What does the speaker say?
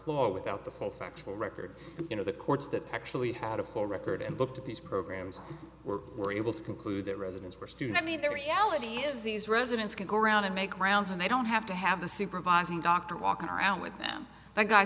floor without the full factual record you know the courts that actually had a full record and looked at these programs were were able to conclude that residents were student i mean the reality is these residents can go around and make rounds and they don't have to have the supervising doctor walking around with them a guy